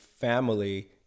family